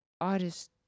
artists